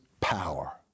power